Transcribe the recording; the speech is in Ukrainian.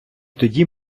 тоді